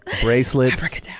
bracelets